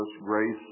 grace